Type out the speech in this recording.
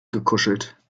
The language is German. gekuschelt